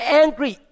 angry